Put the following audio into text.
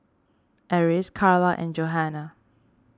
Eris Carla and Johannah